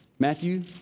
Matthew